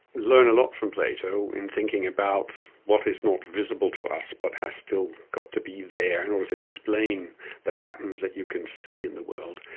learn a lot from plato in thinking about what is not visible to us but has still got to be there in order to explain the patterns that you can see in the world,